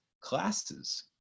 classes